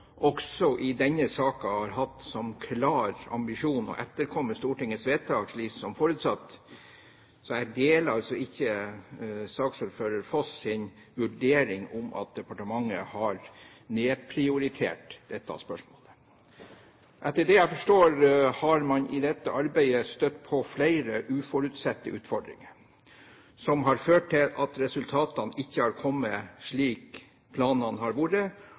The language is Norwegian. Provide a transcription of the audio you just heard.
også i denne saken har hatt som klar ambisjon å etterkomme Stortinget vedtak, slik det er forutsatt, så jeg deler altså ikke saksordfører Foss’ vurdering at departementet har nedprioritert dette spørsmålet. Etter det jeg forstår, har man i dette arbeidet støtt på flere uforutsette utfordringer som har ført til at resultatene ikke har kommet, slik planen har vært,